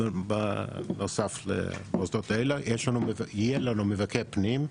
בנוסף למוסדות האלה יהיה לנו מבקר פנים,